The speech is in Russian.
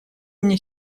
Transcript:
мне